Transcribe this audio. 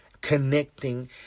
connecting